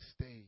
stay